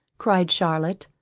cried charlotte,